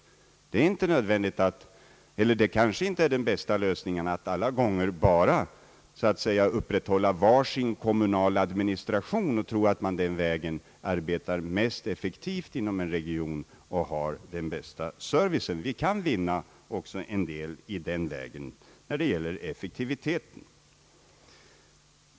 Det är kanske inte alla gånger den bästa lösningen att bara upprätthålla var sin kommunala administration och tro att man den vägen arbetar mest effektivt inom en region och åstadkommer den bästa servicen. Vi kan vinna en del också i fråga om effektivitet.